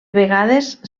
vegades